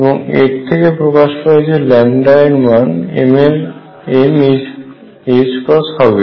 এবং এর থেকে প্রকাশ পায় যে λ এর মান m ℏ হবে